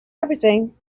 everything